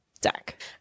deck